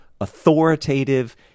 authoritative